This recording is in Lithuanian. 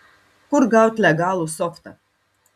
kur gaut legalų softą